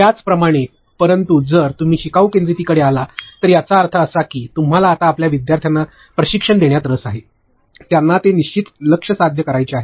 त्याच प्रमाणे परंतु जर तुम्ही शिकावू केंद्रीतीकडे आलात तर याचा अर्थ असा की तुम्हाला आता आपल्या विद्यार्थ्यांना प्रशिक्षण देण्यात रस आहे त्यांना ते निश्चित लक्ष्य साध्य करायचे आहे